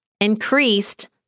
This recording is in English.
increased